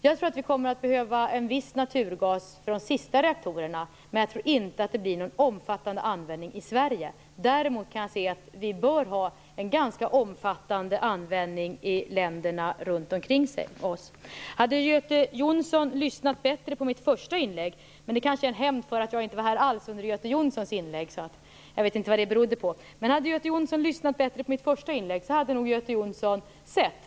Jag tror att vi kommer att behöva en viss mängd naturgas för de sista reaktorerna. Men jag tror inte att det blir någon omfattande användning i Sverige. Däremot kan jag se att länderna runt omkring oss bör ha en ganska omfattande användning. Hade Göte Jonsson lyssnat bättre på mitt första inlägg, hade nog Göte Jonsson hört att det fanns en mycket tydlig tråd rätt igenom alla mina inlägg. Men det kanske var en hämnd för att jag inte var här alls under Göte Jonssons inlägg.